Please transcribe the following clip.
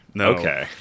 Okay